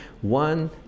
one